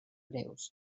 breus